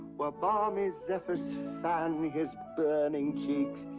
where balmy zephyrs fan his burning cheeks